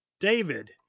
David